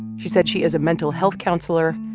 she said she is a mental health counselor,